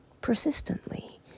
persistently